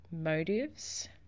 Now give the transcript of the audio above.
motives